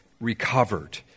recovered